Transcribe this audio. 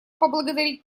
поблагодарить